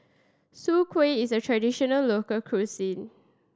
Soon Kueh is a traditional local cuisine